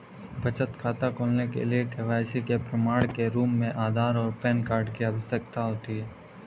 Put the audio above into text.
बचत खाता खोलने के लिए के.वाई.सी के प्रमाण के रूप में आधार और पैन कार्ड की आवश्यकता होती है